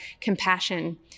compassion